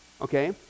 okay